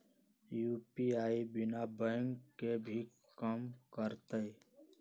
UPI बिना bank के भी कम करतै?